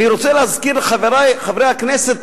אני רוצה להזכיר לחברי חברי הכנסת,